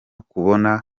kubona